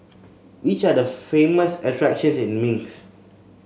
which are the famous attractions in Minsk